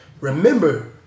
Remember